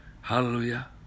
Hallelujah